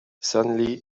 suddenly